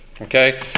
Okay